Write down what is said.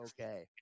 okay